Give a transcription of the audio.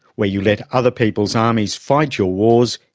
where you let other people's armies fight your wars,